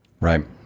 Right